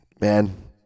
man